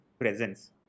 presence